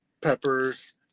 Peppers